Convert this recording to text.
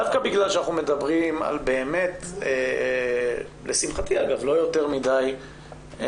דווקא בגלל שאנחנו מדברים לשמחתי על לא יותר מידי נשים,